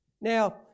Now